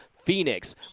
phoenix